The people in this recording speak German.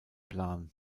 plan